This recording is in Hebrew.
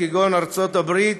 ארצות הברית,